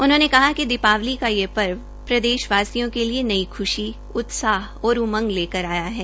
उन्होंने कहा कि दीपावली का यह पर्व प्रदेशवासियों के लिए नई ख्शी उल्लास और उमंग लेकर आया है